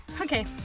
okay